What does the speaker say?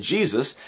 Jesus